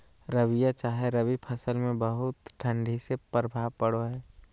रबिया चाहे रवि फसल में बहुत ठंडी से की प्रभाव पड़ो है?